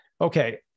Okay